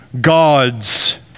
God's